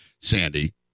Sandy